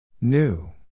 new